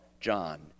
John